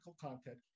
content